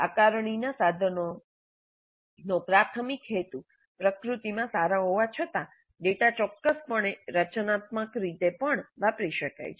આકારણીનાં સાધનોનો પ્રાથમિક હેતુ પ્રકૃતિમાં સારા હોવા છતાં ડેટા ચોક્કસપણે રચનાત્મક રીતે પણ વાપરી શકાય છે